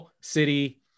city